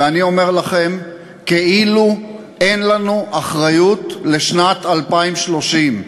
ואני אומר לכם: כאילו אין לנו אחריות לשנת 2030,